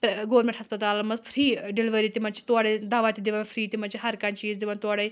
پرٛے government ہَسپَتالَن منٛز free ٲں ڈیٚلِؤری تِمَن چھِ تورٔے دوا تہِ دِوان فرٛی تِمَن چھِ ہر کانٛہہ چیٖز دِوان تورٔے